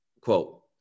quote